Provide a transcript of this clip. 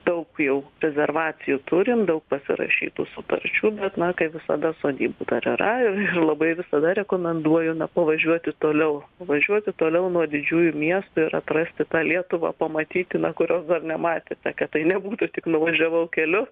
daug jau rezervacijų turim daug pasirašytų sutarčių bet na kaip visada sodybų dar yra ir labai visada rekomenduoju na pavažiuoti toliau važiuoti toliau nuo didžiųjų miestų ir atrasi tą lietuvą pamatyti na kurios dar nematėte kad tai nebūtų tik nuvažiavau keliu